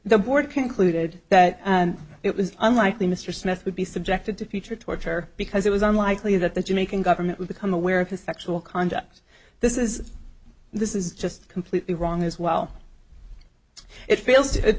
the board concluded that it was unlikely mr smith would be subjected to future torture because it was unlikely that the jamaican government would become aware of his sexual conduct this is this is just completely wrong as well it fail